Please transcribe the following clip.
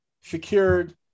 secured